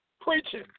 Preaching